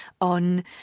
on